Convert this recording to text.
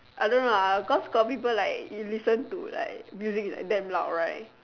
I don't know ah cause got people ah listen to music damn loud right